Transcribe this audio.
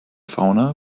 fauna